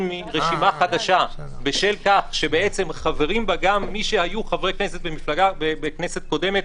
מרשימה חדשה בשל כך שחברים בה גם מי שהיו חברי כנסת במפלגה בכנסת קודמת,